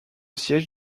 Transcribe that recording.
siège